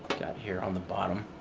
got here on the bottom,